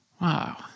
Wow